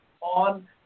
on